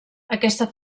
aquesta